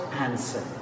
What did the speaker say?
answer